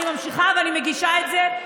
אני ממשיכה ואני מגישה את זה,